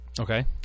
Okay